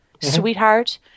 sweetheart